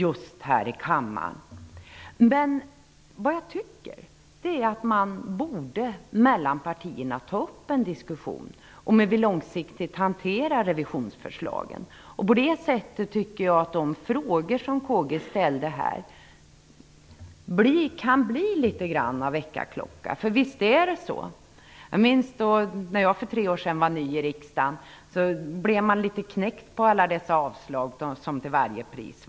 Däremot tycker jag att partierna sinsemellan borde ta upp en diskussion om hur vi långsiktigt skall hantera revisorernas förslag. På det sättet tycker jag att de frågor som Karl Gösta Svenson ställde här kan bli något av en väckarklocka. Jag minns hur det var när jag för tre år sedan var ny i riksdagen. Då blev man litet knäckt på alla dessa avslag till varje pris.